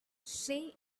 say